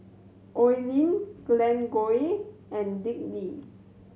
Oi Lin Glen Goei and Dick Lee